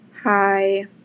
hi